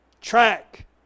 track